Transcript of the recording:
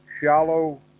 shallow